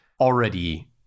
already